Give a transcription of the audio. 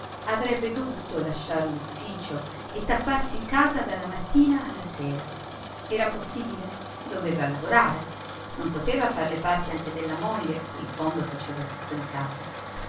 avrebbe dovuto lasciar l'ufficio e tapparsi in casa dalla mattina alla sera era possibile doveva lavorare non poteva far le parti anche della moglie che in fondo faceva tutto in casa